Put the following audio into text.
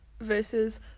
versus